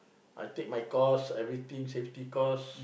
I take my course everything safety course